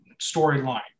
storyline